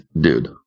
dude